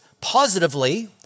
positively